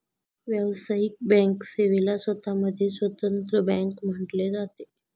व्यावसायिक बँक सेवेला स्वतः मध्ये स्वतंत्र बँक म्हटले जाते